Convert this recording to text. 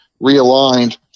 realigned